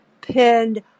pinned